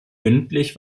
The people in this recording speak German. mündlich